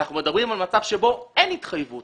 אנחנו מדברים על מצב שבו אין התחייבות